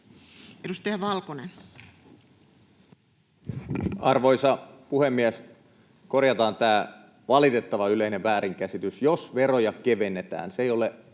13:19 Content: Arvoisa puhemies! Korjataan tämä valitettavan yleinen väärinkäsitys: jos veroja kevennetään,